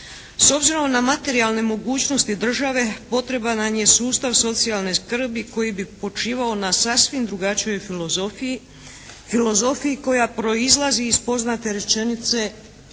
S obzirom na materijalne mogućnosti države potreban nam je sustav socijalne skrbi koji bi počivao na sasvim drugačijoj filozofiji, filozofiji koja proizlazi iz poznate rečenice